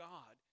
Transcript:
God